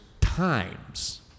times